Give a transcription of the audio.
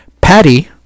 Patty